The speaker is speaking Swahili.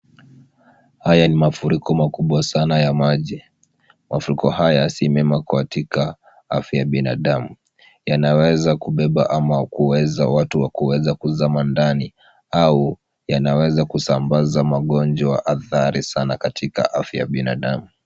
Haya ni mafuriko makubwa sana ya maji. Mafuriko haya si mema katika afya ya binadamu. Yanaweza kubeba ama kuweza watu wa kuweza kuzama ndani au yanaweza kusambaza mangonjwa hatari sana katika afya ya binadamu.